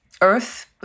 Earth